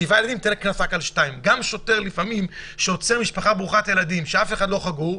גם שוטר שעוצר לפעמים משפחה ברוכת ילדים ואף אחד לא חגור,